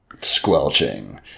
Squelching